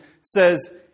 says